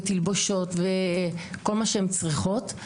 תלבושות וכל מה שהן צריכות.